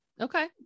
Okay